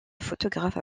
photographe